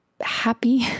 happy